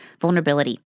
vulnerability